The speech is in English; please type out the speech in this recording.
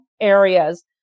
areas